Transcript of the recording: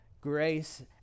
grace